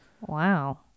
wow